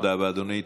תודה רבה, אדוני.